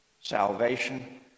salvation